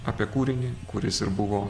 apie kūrinį kuris ir buvo